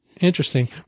interesting